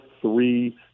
three